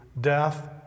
death